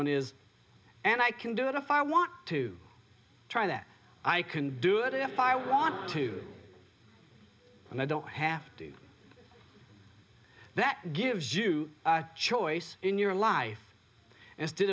one is and i can do it if i want to try that i can do it if i want to and i don't have to do that gives you a choice in your life and instead